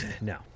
No